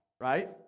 right